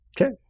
Okay